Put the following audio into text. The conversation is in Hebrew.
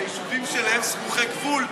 שהיישובים שלהם סמוכי גבול,